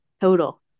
total